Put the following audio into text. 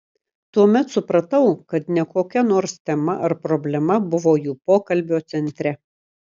tuomet supratau kad ne kokia nors tema ar problema buvo jų pokalbio centre